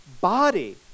body